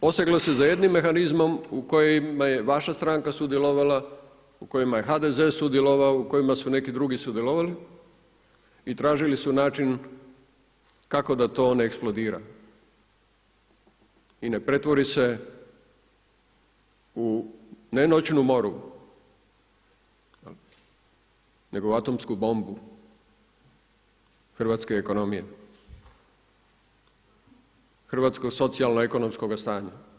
Poseglo se za jednim mehanizmom u kojima je vaša stranka sudjelovala, u kojima je HDZ sudjelovao, u kojima su neki drugi sudjelovali i tražili su način kako da to ne eksplodira i ne pretvori se u ne noćnu moru, nego atomsku bombu hrvatske ekonomije, hrvatskog socijalno-ekonomskog stanja.